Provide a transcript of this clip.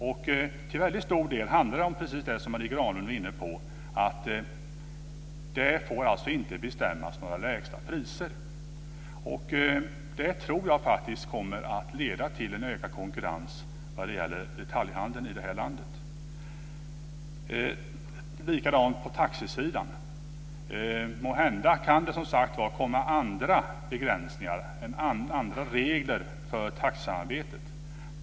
Till väldigt stor del handlar det om precis det som Marie Granlund var inne på, att det alltså inte får bestämmas några lägsta priser. Det tror jag faktiskt kommer att leda till en ökad konkurrens vad gäller detaljhandeln i det här landet. Likadant är det på taxisidan. Måhända kan det som sagt var komma andra begränsningar, andra regler för taxisamarbetet.